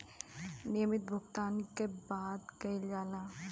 नियमित भुगतान के बात कइल जाला